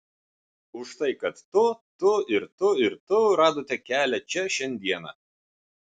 už tai kad tu tu ir tu ir tu radote kelią čia šiandieną